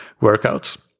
workouts